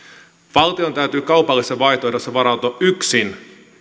valtion täytyy kaupallisessa vaihtoehdossa varautua yksin